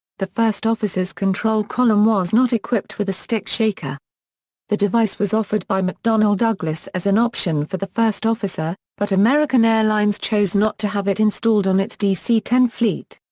the first officer's control column was not equipped with a stick shaker the device was offered by mcdonnell douglas as an option for the first officer, but american airlines chose not to have it installed on its dc ten fleet.